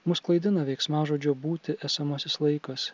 mus klaidina veiksmažodžio būti esamasis laikas